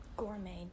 Gourmet